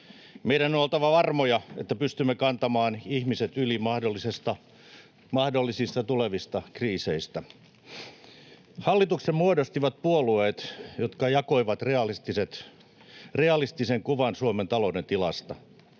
Meidän on oltava varmoja, että pystymme kantamaan ihmiset yli mahdollisista tulevista kriiseistä. Hallituksen muodostivat puolueet, jotka jakoivat realistisen kuvan Suomen talouden tilasta.